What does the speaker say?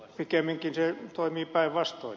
pikemminkin se toimii päinvastoin